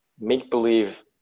make-believe